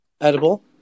edible